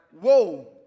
whoa